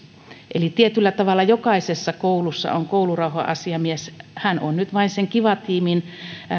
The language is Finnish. eli tietyllä tavalla jokaisessa koulussa on koulurauha asiamies hän on nyt vain sen kiva tiimin